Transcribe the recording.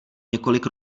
několik